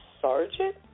sergeant